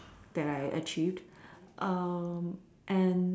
that I achieved and